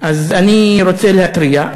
אז אני רוצה להתריע,